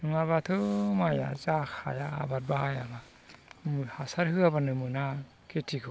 नङाबाथ' माइया जाखाया आबाद बाहायाबा हासार होआबानो मोना खेथिखौ